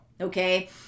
Okay